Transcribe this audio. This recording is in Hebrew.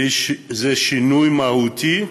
זה שינוי מהותי,